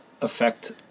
affect